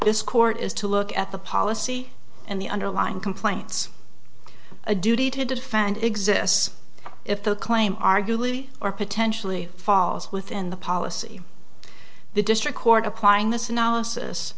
this court is to look at the policy and the underlying complaints a duty to defend exists if the claim arguably or potentially falls within the policy the district court aquinas analysis